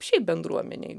šiaip bendruomenei